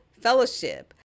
fellowship